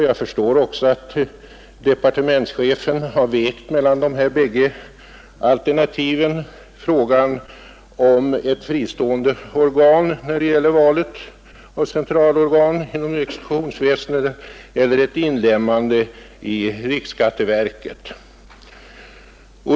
Jag förstår att departementschefen vägt mellan de båda alternativen — frågan om ett fristående centralorgan inom exekutionsväsendet eller ett inlemmande i riksskatteverket.